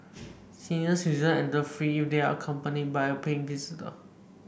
senior citizens enter free if they are accompanied by a paying visitor